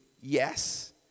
yes